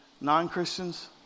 non-Christians